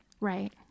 Right